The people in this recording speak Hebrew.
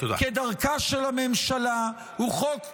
כדרכה של הממשלה, הוא חוק קיצוני,